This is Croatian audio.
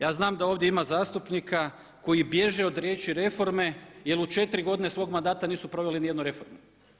Ja znam da ovdje ima zastupnika koji bježe od riječi reforme jer u 4 godine svog mandata nisu proveli nijednu reformu.